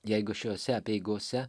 jeigu šiose apeigose